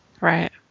right